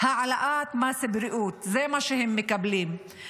העלאת מס הבריאות, זה מה שהם מקבלים.